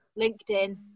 LinkedIn